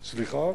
סליחה?